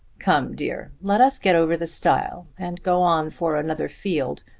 come, dear let us get over the stile and go on for another field,